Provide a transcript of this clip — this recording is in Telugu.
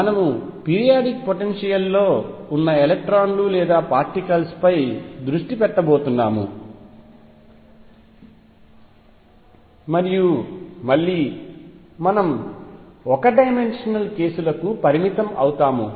మనము పీరియాడిక్ పొటెన్షియల్ లో ఉన్న ఎలక్ట్రాన్లు లేదా పార్టికల్స్ పై దృష్టి పెట్టబోతున్నాము మరియు మళ్లీ మనం ఒక డైమెన్షనల్ కేసులకు పరిమితం అవుతాము